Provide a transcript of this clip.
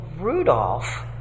Rudolph